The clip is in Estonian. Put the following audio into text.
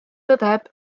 tõdeb